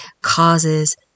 causes